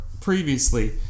previously